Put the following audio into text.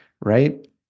right